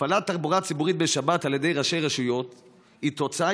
הפעלת תחבורה ציבורית בשבת על ידי ראשי רשויות היא תוצאה